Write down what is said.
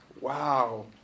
Wow